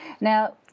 now